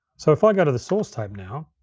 so if i go to the source tape now,